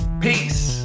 Peace